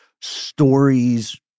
stories